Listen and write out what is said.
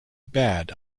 bad